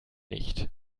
nicht